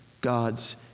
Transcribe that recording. God's